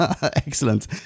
Excellent